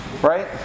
Right